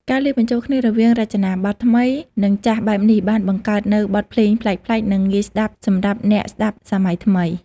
ការលាយបញ្ចូលគ្នារវាងរចនាប័ទ្មថ្មីនិងចាស់បែបនេះបានបង្កើតនូវបទភ្លេងប្លែកៗនិងងាយស្ដាប់សម្រាប់អ្នកស្ដាប់សម័យថ្មី។